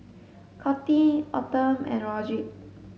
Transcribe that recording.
Coty Autumn and Rodrick